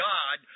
God